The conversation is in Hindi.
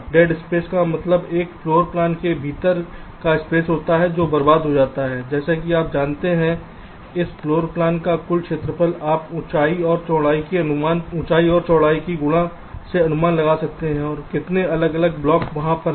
डेड स्पेस का मतलब एक फ्लोर प्लान के भीतर का स्पेस होता है जो बर्बाद हो जाता है जैसे कि आप जानते हैं कि इस फ्लोर प्लान का कुल क्षेत्रफल आप ऊंचाई और चौड़ाई की गुना से अनुमान लगा सकते हैं और कितने अलग अलग ब्लॉक वहां पर हैं